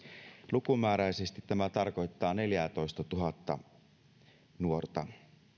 lukumääräisesti tämä tarkoittaa neljäätoistatuhatta nuorta